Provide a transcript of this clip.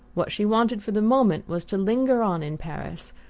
what she wanted for the moment was to linger on in paris,